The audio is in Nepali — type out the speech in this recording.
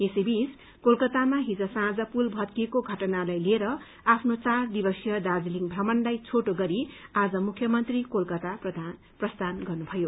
यसैबीच कोलकतामा हिज साँझ पुल भत्किएको घटनालाई लिएर आफनो चार दिवसीय दार्जीलिङ प्रमणलाई छोटो गरी आज मुख्यमन्त्री कोलकता प्रस्थान गर्नुभयो